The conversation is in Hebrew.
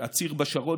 הציר בשרון,